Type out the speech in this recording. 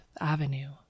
avenue